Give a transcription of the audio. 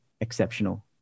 exceptional